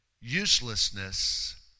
uselessness